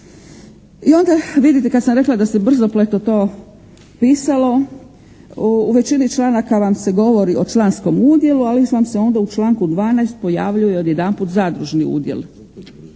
I onda vidite kad sam rekla da se brzopleto to pisalo u većini članaka vam se govori o članskom udjelu, ali vam se onda u članku 12. pojavljuje odjedanput zadružni udjel,